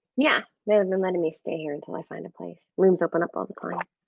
yeah, they're and and letting me stay here until i find a place. rooms open up all the